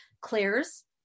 Claire's